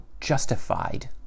justified